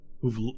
who've